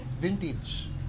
Vintage